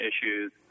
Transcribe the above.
issues